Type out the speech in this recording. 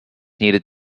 needed